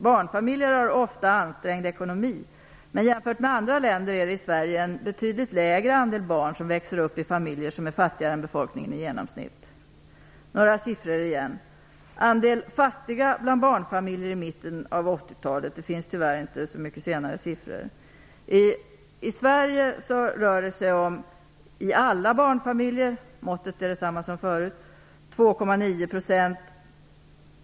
Barnfamiljer har ofta en ansträngd ekonomi, men jämfört med andra länder finns det i Sverige en betydligt mindre andel barn som växer upp i familjer som är fattigare än befolkningen i genomsnitt. Jag skall nämna några siffror igen. De är från mitten av 80-talet; det finns tyvärr inte så mycket senare siffror. Måttet är detsamma som förut. Bland alla barnfamiljer i Sverige är andelen fattiga 2,9 %.